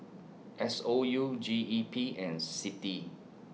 S O U G E P and CITI